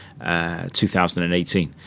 2018